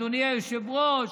אדוני היושב-ראש,